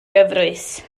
gyfrwys